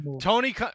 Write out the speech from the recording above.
Tony